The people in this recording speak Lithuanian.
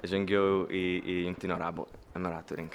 žengiu į į jungtinių arabų emiratų rinka